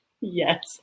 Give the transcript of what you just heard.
Yes